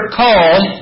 called